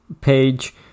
page